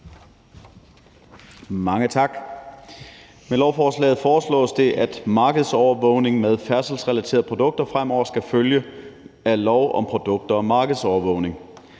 Mange tak. Med lovforslaget foreslås det, at markedsovervågning med hensyn til færdselsrelaterede produkter fremover skal følge af lov om produkter og markedsovervågning.